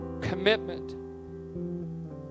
commitment